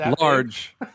large